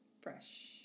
fresh